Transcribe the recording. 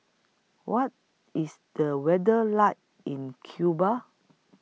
What IS The weather like in Cuba